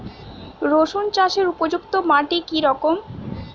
রুসুন চাষের উপযুক্ত মাটি কি রকম?